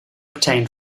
obtained